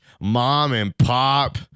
mom-and-pop